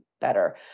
better